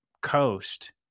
coast